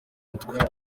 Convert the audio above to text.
mutwe